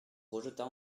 rejeta